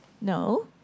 No